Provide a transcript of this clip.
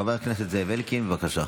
חבר הכנסת זאב אלקין, בבקשה.